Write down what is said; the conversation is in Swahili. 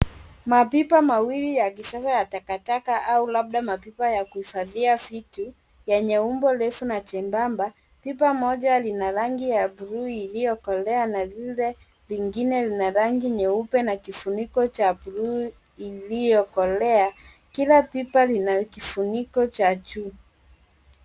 Mapipa mawili ya kisasa ya takataka au labda mapipa ya kuhifadhia vitu yenye umbo refu na jembamba. Pipa moja ina rangi ya bluu iliyokolea na lile lingine lina rangi nyeupe na kifuniko cha bluu iliyokolea. Kila pipa lina kifuniko cha juu.